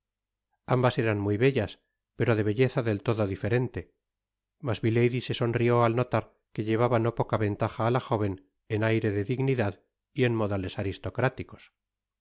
ambas eran muy bellas pero de belleza del todo diferen te mas miladyse sonrió al notar que llevaba no poca ventaja á la jóven en aire dedignidad y en modales aristocráticos